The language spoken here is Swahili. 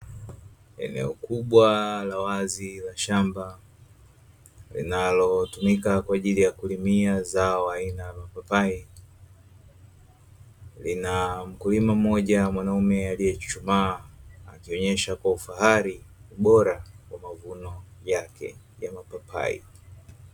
Eneo kubwa la wazi la shamba linalotumika kwaajili ya kulimia zao aina ya mapapai, lina mkulima mmoja mwanaume aliyechuchumaa akionyesha kwa ufahari ubora wa mavuno yake ya mapapai.